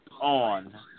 on